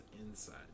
Inside